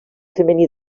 femení